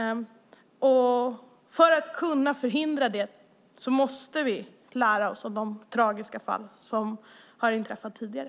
För att kunna förhindra det måste vi lära oss av de tragiska fall som har inträffat tidigare.